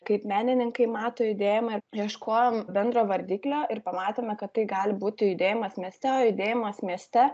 kaip menininkai mato judėjimą ir ieškojom bendro vardiklio ir pamatėme kad tai gali būti judėjimas mieste judėjimas mieste